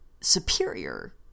superior